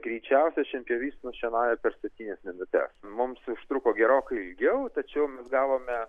greičiausia šienpjovys nušienauja per septynias minutes mums užtruko gerokai ilgiau tačiau mes gavome